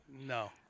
No